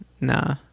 nah